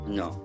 no